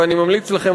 ואני ממליץ לכם,